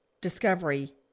discovery